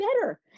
better